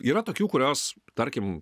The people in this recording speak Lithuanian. yra tokių kurios tarkim